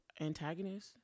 antagonist